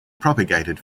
propagated